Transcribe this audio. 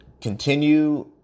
continue